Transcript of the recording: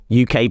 UK